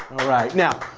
all right. now,